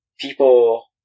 people